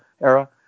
era